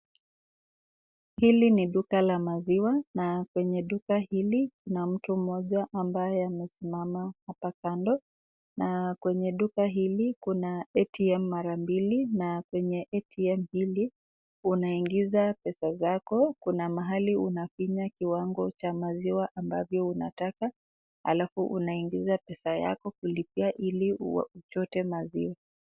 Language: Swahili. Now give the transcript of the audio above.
Hili ni duka la maziwa na kwenye duka hili kuna mtu mmoja ambaye amesimama hapa kando, na kwenye duka hili kuna ATM mara mbili na kwenye ATM hili unaingiza pesa zako, kuna mahali unafinya kiwango cha maziwa ambavyo unataka alafu unaingiza pesa yako kulipia hili uchote maziwa.